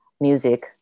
music